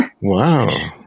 Wow